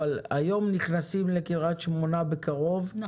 אבל היום נכנסים לקריית שמונה בקרוב לממ"דים.